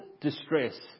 distress